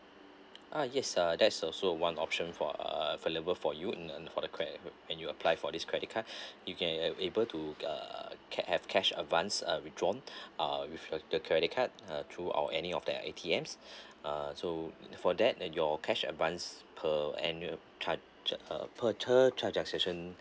ah yes ah there's also one option for uh available for you in um in for the cred~ when you apply for this credit card you can able to uh cash have cash advance uh withdrawn uh with the credit card uh through our any of the A_T_M uh so for that and your cash advance per annual charged uh per third charge transaction